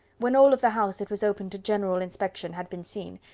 when all of the house that was open to general inspection had been seen,